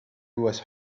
was